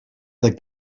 the